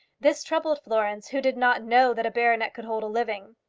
this troubled florence, who did not know that a baronet could hold a living.